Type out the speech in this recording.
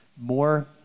more